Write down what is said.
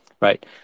right